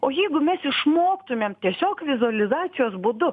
o jeigu mes išmoktumėm tiesiog vizualizacijos būdu